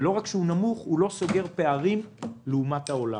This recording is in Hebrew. ולא רק שהוא נמוך הוא לא סוגר פערים לעומת העולם.